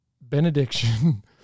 benediction